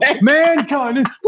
Mankind